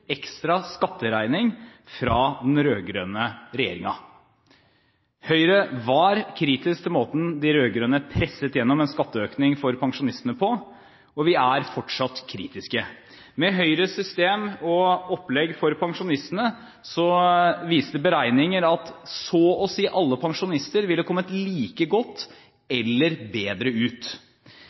ekstra skatteregning fra den rød-grønne regjeringen. Høyre var kritisk til måten de rød-grønne presset igjennom en skatteøkning for pensjonistene på, og vi er fortsatt kritiske. Med Høyres system og opplegg for pensjonistene viste beregninger at så å si alle pensjonister ville kommet like godt eller bedre ut.